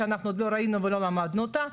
שאנחנו עוד לא ראינו ולא למדנו אותה,